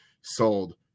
sold